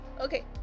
Okay